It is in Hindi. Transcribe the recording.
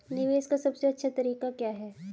निवेश का सबसे अच्छा तरीका क्या है?